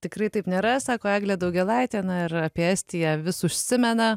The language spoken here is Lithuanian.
tikrai taip nėra sako eglė daugėlaitė ir apie estiją vis užsimena